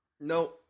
No